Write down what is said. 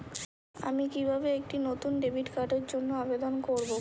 আমি কিভাবে একটি নতুন ডেবিট কার্ডের জন্য আবেদন করব?